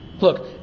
Look